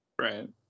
Right